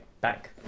back